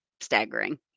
staggering